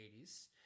80s